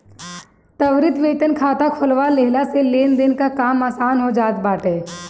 त्वरित वेतन खाता खोलवा लेहला से लेनदेन कअ काम आसान हो जात बाटे